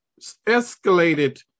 escalated